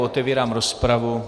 Otevírám rozpravu.